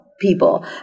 people